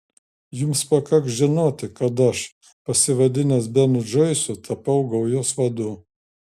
jums pakaks žinoti kad aš pasivadinęs benu džoisu tapau gaujos vadu